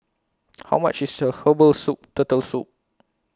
How much IS Her Herbal Soup Turtle Soup